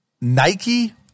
Nike